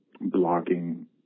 blocking